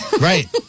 Right